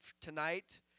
tonight